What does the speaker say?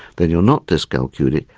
then you not dyscalculic,